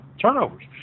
turnovers